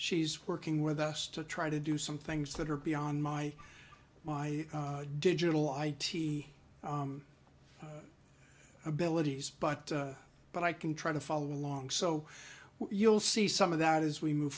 she's working with us to try to do some things that are beyond my my digital id abilities but but i can try to follow along so you'll see some of that as we move